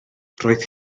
roedd